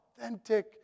authentic